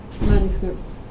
manuscripts